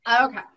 Okay